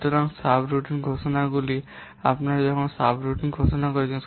সুতরাং সাবরুটিন ঘোষণাগুলি আপনি যখন সাব রুটিন ঘোষণা করছেন